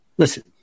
Listen